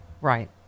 Right